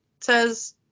says